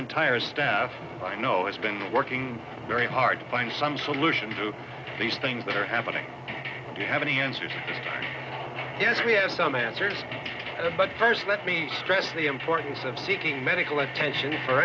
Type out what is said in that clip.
entire staff i know it's been working very hard to find some solution to these things that are happening you haven't answered yes we have some answers but first let me stress the importance of seeking medical attention